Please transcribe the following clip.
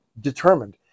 determined